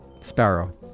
Sparrow